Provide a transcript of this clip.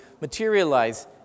materialize